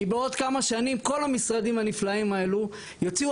כי בעוד כמה שנים כל המשרדים הנפלאים האלו יוציאו